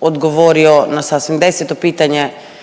odgovorio na sasvim deseto pitanje,